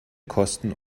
kosten